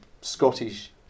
Scottish